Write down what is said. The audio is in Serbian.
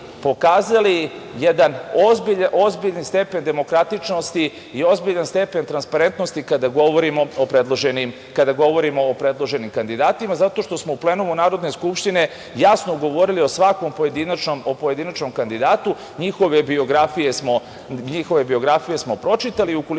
pokazali jedan ozbiljni stepen demokratičnosti i ozbiljan stepen transparentnosti kada govorimo o predloženim kandidatima, zato što smo u plenumu Narodne skupštine jasno govorili o svakom pojedinačnom kandidatu. Njihove biografije smo pročitali.